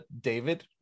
david